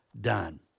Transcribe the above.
done